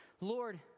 Lord